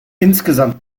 insgesamt